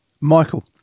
Michael